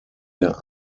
der